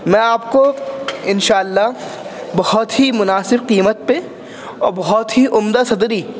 میں آپ کو ان شاء اللہ بہت ہی مناسب قیمت پہ اور بہت ہی عمدہ صدری